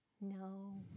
No